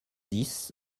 dix